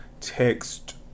text